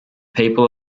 people